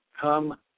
come